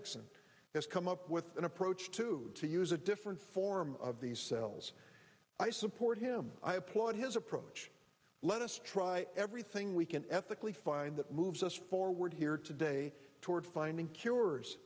isaacson has come up with an approach to to use a different form of these cells i support him i applaud his approach let us try everything we can ethically find that moves us forward here today toward finding cures